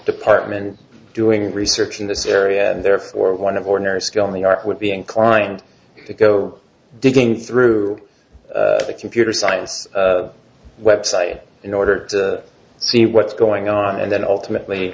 department doing research in this area and therefore one of ordinary skill in the art would be inclined to go digging through the computer science website in order to see what's going on and then ultimately